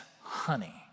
honey